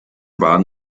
waren